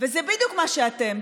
וזה בדיוק מה שאתם.